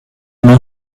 non